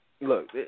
Look